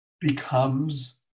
becomes